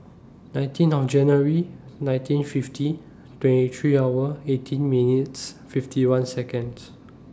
nineteen on January nineteen fifty twenty three hour eighteen minutes fifty one Seconds